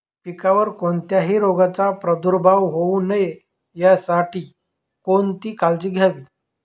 पिकावर कोणत्याही रोगाचा प्रादुर्भाव होऊ नये यासाठी कोणती काळजी घ्यावी?